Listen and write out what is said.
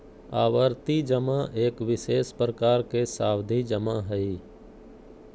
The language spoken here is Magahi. आवर्ती जमा एक विशेष प्रकार के सावधि जमा हइ